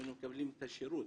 היינו מקבלים את השירות,